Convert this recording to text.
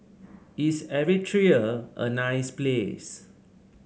is Eritrea a a nice place